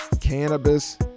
cannabis